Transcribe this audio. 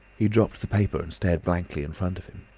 he dropped the paper and stared blankly in front of him.